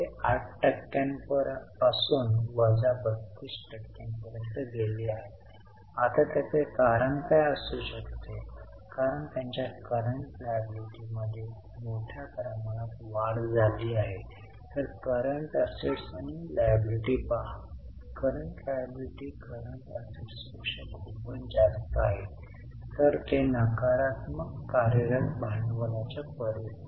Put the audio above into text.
आणि आपल्या अभ्यासक्रमाच्या शेवटच्या भागात मागील 5 5 सत्रांमध्ये आपण पुन्हा आर्थिक स्टेटमेन्टकडे परत जाऊ या ज्यात आपण बॅलन्स शीट पी आणि एल आणि कॅश फ्लो तयार करण्यासाठी जाऊ आणि त्याद्वारे त्यांचे विश्लेषण करण्याचा प्रयत्न करू